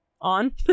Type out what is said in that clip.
on